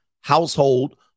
household